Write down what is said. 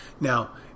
now